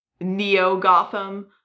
neo-Gotham